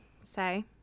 say